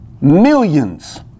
millions